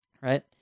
right